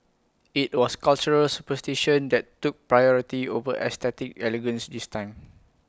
IT was cultural superstition that took priority over aesthetic elegance this time